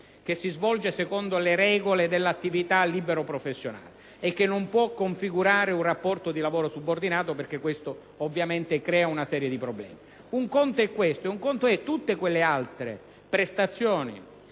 che si svolge secondo le regole dell'attività libero professionale e che non può configurare un rapporto di lavoro subordinato perché ciò crea una serie di problemi, un altro conto sono tutte quelle altre prestazioni